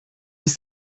sich